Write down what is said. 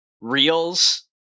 reels